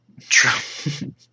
True